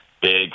big